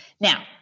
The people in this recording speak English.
Now